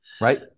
Right